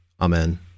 Amen